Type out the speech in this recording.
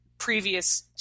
previous